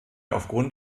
aufgrund